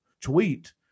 tweet